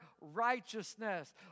righteousness